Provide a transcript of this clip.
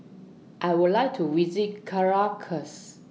I Would like to visit Caracas